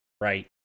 right